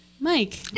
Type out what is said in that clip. Mike